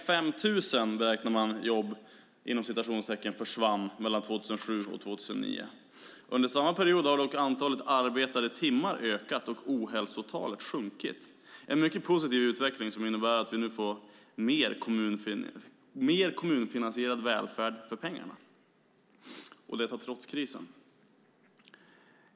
Man beräknar att ca 5 000 "försvann" mellan 2007 och 2009. Under samma period har dock antalet arbetade timmar ökat och ohälsotalet sjunkit. Det är en mycket positiv utveckling som innebär att vi nu, trots krisen, får mer kommunfinansierad välfärd för pengarna.